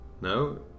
No